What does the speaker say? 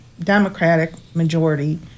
Democratic-majority